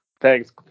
Thanks